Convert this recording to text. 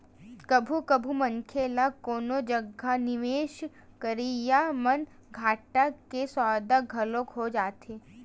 कभू कभू मनखे ल कोनो जगा निवेस करई म घाटा के सौदा घलो हो जाथे